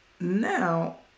now